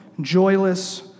joyless